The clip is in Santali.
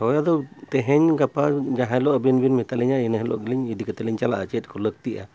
ᱦᱚᱭ ᱟᱫᱚ ᱛᱮᱦᱮᱧ ᱜᱟᱯᱟ ᱡᱟᱦᱟᱸ ᱦᱤᱞᱳᱜ ᱟᱹᱵᱤᱱ ᱵᱮᱱ ᱢᱮᱛᱟᱞᱤᱧᱟᱹ ᱤᱱᱟᱹ ᱦᱤᱞᱳᱜ ᱜᱮᱞᱤᱧ ᱤᱫᱤ ᱠᱟᱛᱮᱞᱤᱧ ᱪᱟᱞᱟᱜᱼᱟ ᱪᱮᱫ ᱠᱚ ᱞᱟᱹᱠᱛᱤᱜᱼᱟ